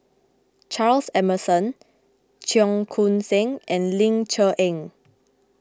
Charles Emmerson Cheong Koon Seng and Ling Cher Eng